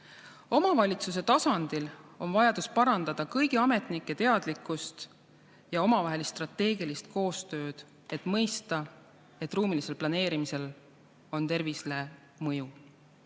Omavalitsuse tasandil on vajadus parandada kõigi ametnike teadlikkust ja omavahelist strateegilist koostööd, et mõista, et ruumilisel planeerimisel on tervisele mõju.